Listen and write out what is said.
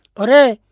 okay,